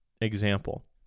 example